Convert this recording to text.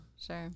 sure